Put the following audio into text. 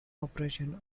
operation